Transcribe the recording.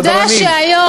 סדרנים.